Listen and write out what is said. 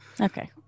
Okay